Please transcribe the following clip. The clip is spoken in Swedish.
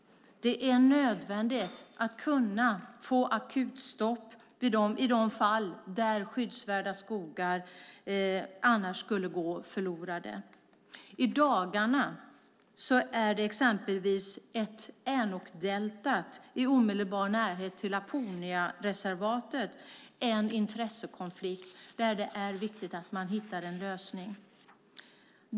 Det är nödvändigt att kunna få akutstopp i de fall där skyddsvärda skogar annars skulle gå förlorade. I dagarna är det exempelvis i Änokdeltat, i omedelbar närhet till Laponiareservatet, en intressekonflikt som det är viktigt att man hittar en lösning på.